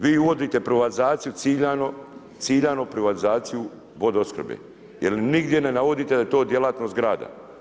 Vi uvodite privatizacija ciljano, ciljano privatizaciju vodoopskrbe, jer nigdje ne navodite da je to djelatnost grada.